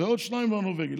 ועוד שניים בנורבגי.